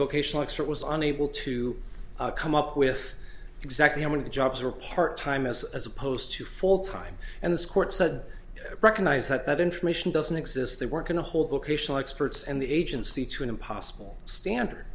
vocational expert was unable to come up with exactly how many jobs were part time as as opposed to full time and this court said recognize that that information doesn't exist they were going to hold locational experts and the agency to an impossible standard